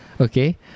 okay